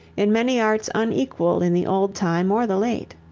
in many arts unequaled in the old time or the late.